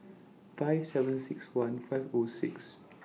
five seven six one five O six